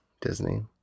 Disney